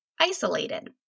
isolated